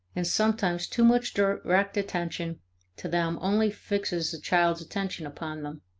and sometimes too much direct attention to them only fixes a child's attention upon them.